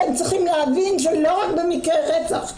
אתם צריכים להבין שלא רק במקרה רצח,